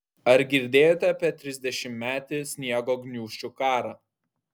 ar girdėjote apie trisdešimtmetį sniego gniūžčių karą